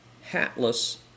Hatless